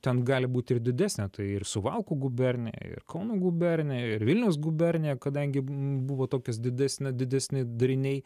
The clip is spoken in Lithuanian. ten gali būt ir didesnė tai ir suvalkų gubernija ir kauno gubernija ir vilniaus gubernija kadangi buvo tokios didesni didesni dariniai